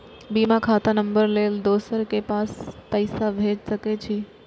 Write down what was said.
बिना खाता नंबर लेल दोसर के पास पैसा भेज सके छीए?